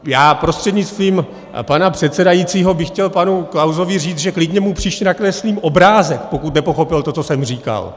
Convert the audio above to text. Já prostřednictvím pana předsedajícího bych chtěl panu Klausovi říct, že klidně mu příště nakreslím obrázek, pokud nepochopil to, co jsem říkal.